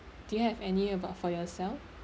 do you have any about for yourself